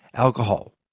alcohol.